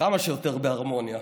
כמה שיותר בהרמוניה.